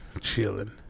Chilling